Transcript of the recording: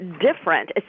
different